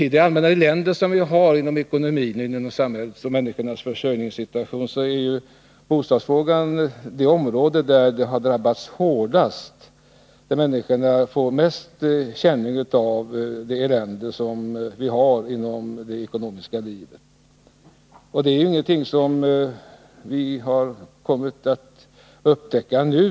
I det allmänna eländet inom ekonomin för samhället och för människornas försörjningssituation, är ju bostäderna det område där människor har drabbats hårdast, där de fått mest känning av detta elände. Det här är ingenting som vi har upptäckt nu.